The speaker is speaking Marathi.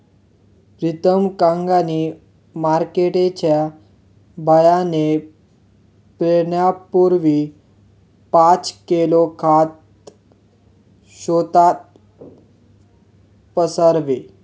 प्रीतम कांगणी मार्केटचे बियाणे पेरण्यापूर्वी पाच किलो खत शेतात पसरावे